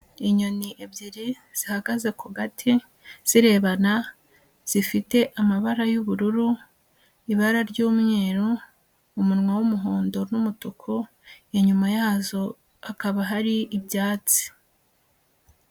Inyoni ebyiri zihagaze ku gati zirebana, zifite amabara y'ubururu, ibara ry'umweru, umunwa w'umuhondo n'umutuku, inyuma yazo hakaba hari ibyatsi.